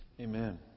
Amen